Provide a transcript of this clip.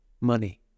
money